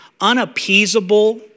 unappeasable